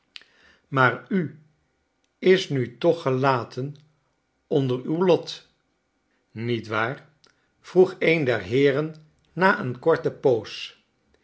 maar u is nu toch gelaten onder uw lot niet waar vroeg een der heeren na een korte poos